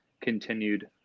continued